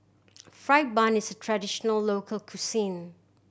fried bun is a traditional local cuisine